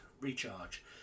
recharge